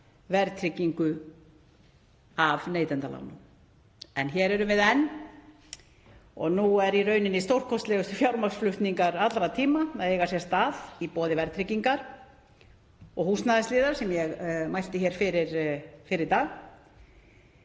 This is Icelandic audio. verðtryggingu af neytendalánum. En hér erum við enn og nú eru í rauninni stórkostlegustu fjármagnsflutningar allra tíma að eiga sér stað í boði verðtryggingar og húsnæðisliðar, en ég mælti fyrir máli